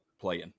playing